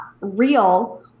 real